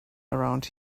around